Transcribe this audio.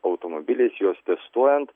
automobiliais juos testuojant